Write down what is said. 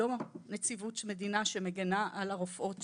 היא לא נציבות מדינה שמגנה על הרופאות